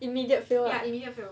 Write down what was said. immediate fail